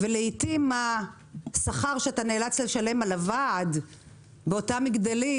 ולעיתים השכר שאתה נאלץ לשלם על הוועד באותם מגדלים,